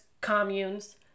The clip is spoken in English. communes